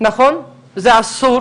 זה אסור,